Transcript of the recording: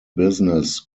business